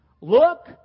Look